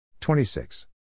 26